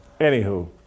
Anywho